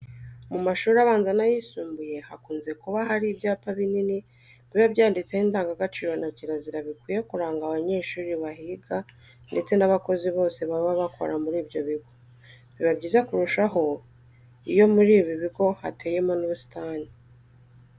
Mu mashuri abanza n'ayisumbuye hakunze kuba hari ibyapa binini biba byanditseho indangagaciro na kirazira bikwiye kuranga abanyeshuri bahiga ndetse n'abakozi bose baba bakora muri ibyo bigo. Biba byiza kurushaho iyo muri ibi bigo hateyemo n'ubusitani.